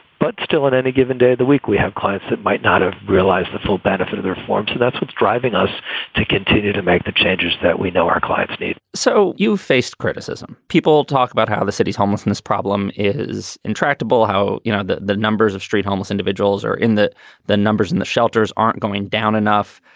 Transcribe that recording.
but still, on any given day of the week, we have clients that might not ah realize the full benefit of their form. so that's what's driving us to continue to make the changes that we know our clients need so you've faced criticism. people talk about how the city's homelessness problem is intractable, how you know, the the numbers of street homeless individuals are in the the numbers in the shelters aren't going down enough.